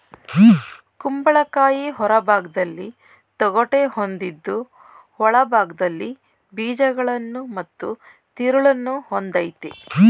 ಕುಂಬಳಕಾಯಿ ಹೊರಭಾಗ್ದಲ್ಲಿ ತೊಗಟೆ ಹೊಂದಿದ್ದು ಒಳಭಾಗ್ದಲ್ಲಿ ಬೀಜಗಳು ಮತ್ತು ತಿರುಳನ್ನು ಹೊಂದಯ್ತೆ